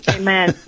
amen